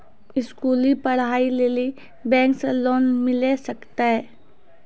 स्कूली पढ़ाई लेली बैंक से लोन मिले सकते?